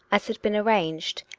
as had been arranged,